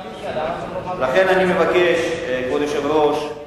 יש לכם קואליציה, למה אתם לא מעבירים